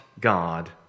God